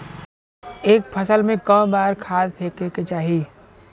एक फसल में क बार खाद फेके के चाही?